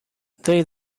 they